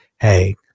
hey